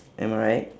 am I right